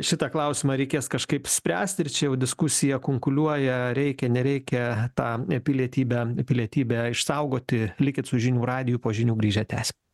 šitą klausimą reikės kažkaip spręst ir čia jau diskusija kunkuliuoja reikia nereikia tą pilietybę pilietybę išsaugoti likit su žinių radiju po žinių grįžę tęsim